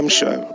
show